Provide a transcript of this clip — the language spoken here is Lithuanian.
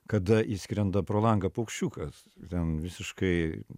kada įskrenda pro langą paukščiukas ten visiškai